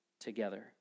together